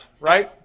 Right